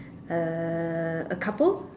a a couple